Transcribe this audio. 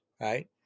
right